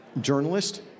journalist